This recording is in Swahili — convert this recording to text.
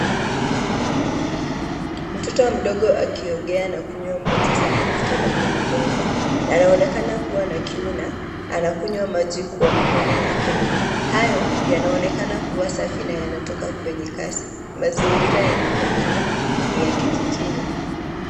Mtoto mdogo akiogea na kunywa maji safi kutoka kwenye bomba, anaonekana kuwa na kiu na anakunywa maji kwa mikono yake, hayo, yanaonekana kuwa safi na yanatoka kwenye kasi, mazingira yanaonekana, ni ya kijijini.